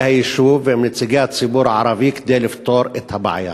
היישוב ועם נציגי הציבור הערבי כדי לפתור את הבעיה.